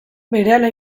berehala